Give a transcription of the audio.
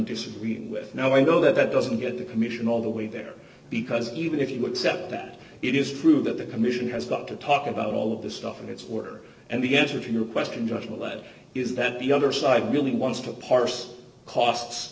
disagreeing with now i know that that doesn't get the commission all the way there because even if you accept that it is true that the commission has got to talk about all of this stuff and it's worker and the answer to your question josh well that is that the other side really wants to